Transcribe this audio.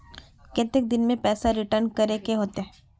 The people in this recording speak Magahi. कितने दिन में पैसा रिटर्न करे के होते?